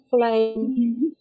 flame